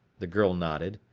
the girl nodded.